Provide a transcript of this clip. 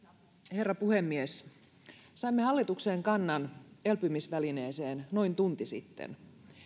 herra puhemies saimme hallituksen kannan elpymisvälineeseen noin tunti sitten